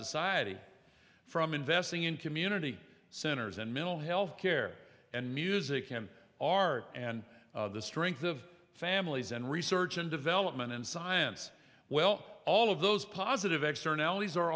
society from investing in community centers and mental health care and music and art and the strength of families and research and development and science well all of those positive externalities are